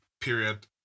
period